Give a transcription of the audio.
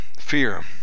Fear